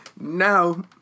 now